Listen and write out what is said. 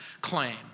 claim